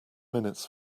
minutes